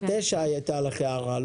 אני שואל לגבי סעיף 9. הייתה לך הערה.